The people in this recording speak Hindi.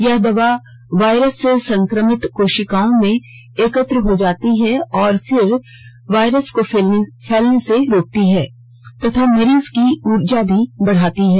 यह दवा वायरस से संक्रमित कोशिकाओं में एकत्र हो जाती है और फिर इस वायरस के फैलने को रोकती है तथा मरीज की ऊर्जा भी बढ़ाती है